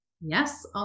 Yes